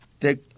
take